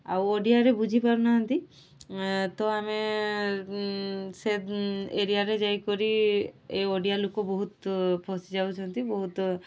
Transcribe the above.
ଆଉ ଓଡ଼ିଆରେ ବୁଝିପାରୁନାହାନ୍ତି ତ ଆମେ ସେ ଏରିଆରେ ଯାଇକରି ଏ ଓଡ଼ିଆ ଲୋକ ବହୁତ ଫସିଯାଉଛନ୍ତି ବହୁତ